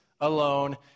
alone